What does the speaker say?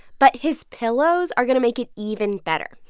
but his pillows are going to make it even better.